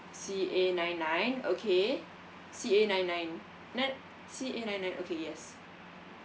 C A nine nine okay C A nine nine C A nine nine okay yes